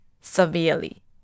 severely